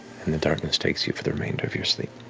and the darkness takes you for the remainder of your sleep.